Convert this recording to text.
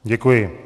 Děkuji.